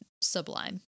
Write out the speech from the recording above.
sublime